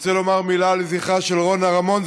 רוצה לומר מילה לזכרה של רונה רמון,